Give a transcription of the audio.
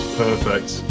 perfect